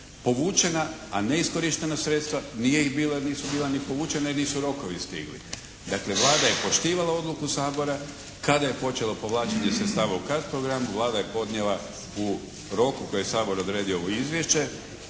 Povučena, a neiskorištena sredstva, nije ih bilo jer nisu bila ni povučena jer nisu rokovi stigli. Dakle Vlada je poštivala odluku Sabora kada je počelo povlačenje sredstava u CARDS programu Vlada je podnijela u roku u kojem je Sabor odredio ovo izvješće,